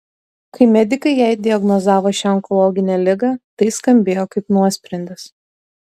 kai medikai jai diagnozavo šią onkologinę ligą tai skambėjo kaip nuosprendis